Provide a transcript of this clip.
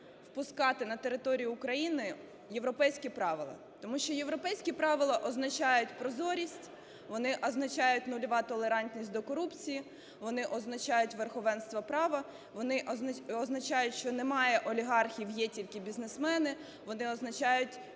впускати на територію України європейські правила. Тому що європейські правила означають прозорість, вони означають нульова толерантність до корупції, вони означають верховенство права, вони означають, що немає олігархів, є тільки бізнесмени, вони означають